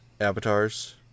avatars